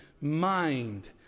mind